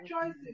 choices